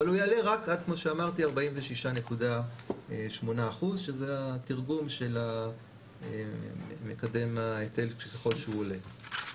אבל הוא יעלה רק עד 46.8% שזה התרגום של מקדם ההיטל ככל שהוא עולה.